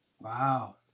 Wow